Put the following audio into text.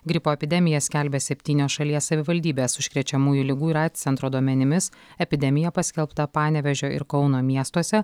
gripo epidemiją skelbia septynios šalies savivaldybės užkrečiamųjų ligų ir aids centro duomenimis epidemija paskelbta panevėžio ir kauno miestuose